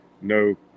no